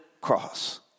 cross